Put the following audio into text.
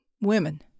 Women